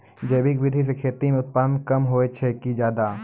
जैविक विधि से खेती म उत्पादन कम होय छै कि ज्यादा?